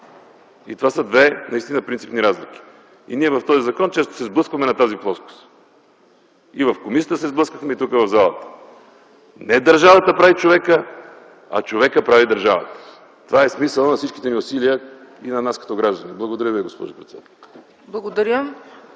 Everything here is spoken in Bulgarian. Това са две наистина принципни разлики. И в този закон ние често се сблъскваме на тази плоскост – и в комисията, и тук, в залата. Не държавата прави човека, а човекът прави държавата! Това е смисълът на всичките ни усилия и на нас като граждани. Благодаря Ви, госпожо председател.